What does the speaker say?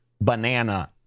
banana